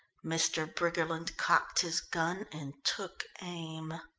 mr. briggerland cocked his gun and took aim.